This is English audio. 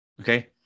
Okay